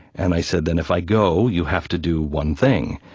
and i said, then if i go, you have to do one thing.